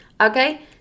okay